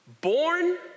born